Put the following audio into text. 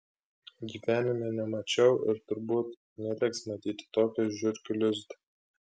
gyvenime nemačiau ir turbūt neteks matyti tokio žiurkių lizdo